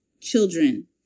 children